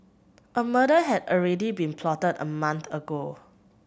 a murder had already been plotted a month ago